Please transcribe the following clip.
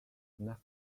next